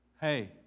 Hey